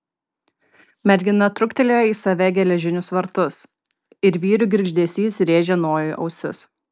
mergina truktelėjo į save geležinius vartus ir vyrių girgždesys rėžė nojui ausis